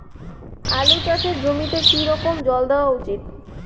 আলু চাষের জমিতে কি রকম জল দেওয়া উচিৎ?